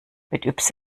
mit